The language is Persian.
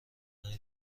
های